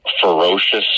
ferocious